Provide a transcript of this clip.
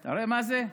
אתה רואה מה זה?